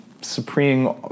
supreme